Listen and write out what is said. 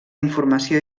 informació